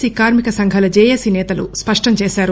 C కార్మిక సంఘాల JAC సేతలు స్పష్టం చేశారు